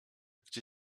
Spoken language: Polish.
gdzie